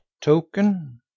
token